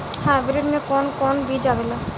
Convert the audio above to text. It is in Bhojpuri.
हाइब्रिड में कोवन कोवन बीज आवेला?